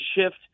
shift